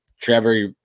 Trevor